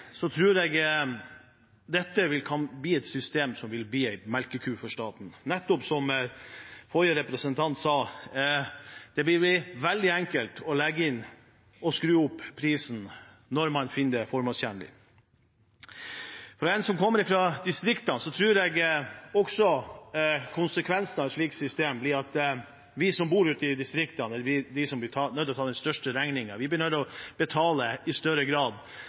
tror jeg dette kan bli et system som vil være en melkekur for staten, nettopp som forrige representant sa. Det vil bli veldig enkelt å legge inn og skru opp prisen når man finner det formålstjenlig. Jeg kommer fra distriktene. Jeg tror konsekvensen av et slikt system blir at vi som bor ute i distriktene, vil være de som blir nødt til å ta den største regningen. Vi blir i større grad nødt til å betale for kollektivtransport i